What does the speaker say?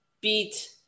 beat